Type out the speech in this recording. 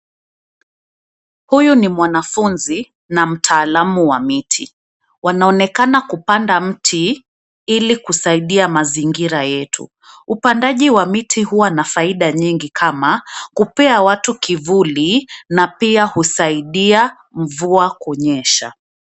Huyu ni mwanafunzi, na mtaalamu wa miti. Wanaonekana kupanda mti, ilikusaidia mazingira yetu. Upandaji wa miti huwa na faida nyingi kama, kupea watu kivuli na pia husaidia mvua kunyesha.